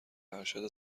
ارشد